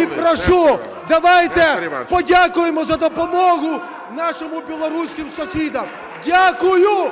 І прошу, давайте подякуємо за допомогу нашим білоруським сусідам. Дякую!